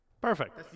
Perfect